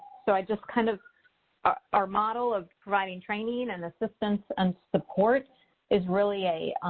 so i just kind of our our model of providing training and assistance and support is really a